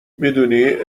میدونی